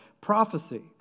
prophecy